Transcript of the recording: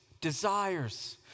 desires